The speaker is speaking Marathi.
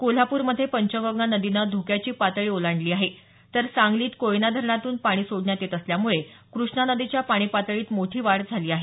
कोल्हाप्रमध्ये पंचगंगा नदीनं धोक्याची पातळी ओलांडली आहे तर सांगलीत कोयना धरणातून पाणी सोडण्यात आल्यामुळे कृष्णा नदीच्या पाणी पातळीत मोठी वाढ झाली आहे